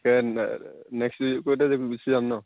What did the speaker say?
তাকে নেক্সট উইকতে গুছি যাম নহ্